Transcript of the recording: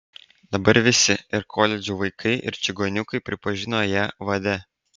dabar visi ir koledžų vaikai ir čigoniukai pripažino ją vade